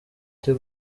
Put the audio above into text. cyo